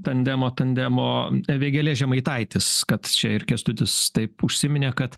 tandemo tandemo vėgėlė žemaitaitis kad čia ir kęstutis taip užsiminė kad